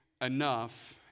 enough